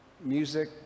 music